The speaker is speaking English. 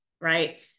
right